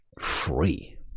free